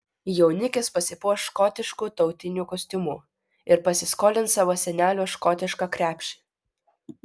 jaunikis pasipuoš škotišku tautiniu kostiumu ir pasiskolins savo senelio škotišką krepšį